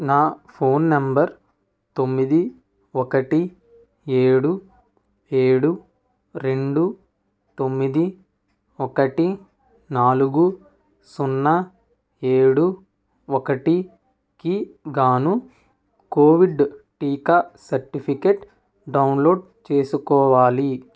నా phone number తొమ్మిది ఒకటి ఏడు ఏడు రెండు తొమ్మిది ఒకటి నాలుగు సున్నా ఏడు ఒకటికి గాను కోవిడ్ టీకా సర్టిఫికెట్ డౌన్లోడ్ చేసుకోవాలి